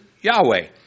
Yahweh